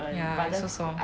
ya so so